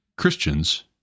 Christians